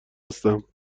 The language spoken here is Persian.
هستم